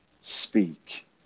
speak